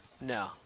No